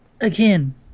again